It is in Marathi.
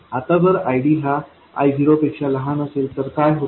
आता जर ID हा I0 पेक्षा लहान असेल तर काय होते